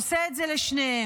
עושה את זה לשניהם.